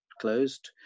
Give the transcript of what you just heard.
closed